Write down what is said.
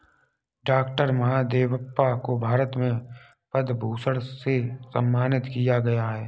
doctor Mahadevappa को भारत में पद्म भूषण से सम्मानित किया गया है